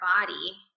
body